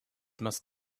must